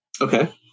Okay